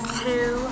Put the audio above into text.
two